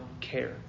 care